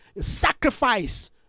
sacrifice